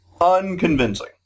unconvincing